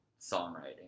songwriting